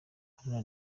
haruna